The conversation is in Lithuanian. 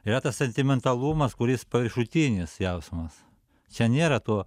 yra tas sentimentalumas kuris paviršutinis jausmas čia nėra to